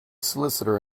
solicitor